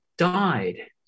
died